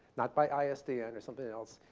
not by isdn or something else.